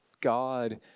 God